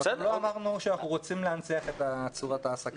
לא אמרנו שאנחנו רוצים להנציח את צורת ההעסקה הזאת.